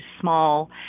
small